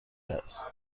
است